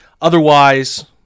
Otherwise